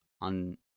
on